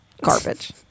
Garbage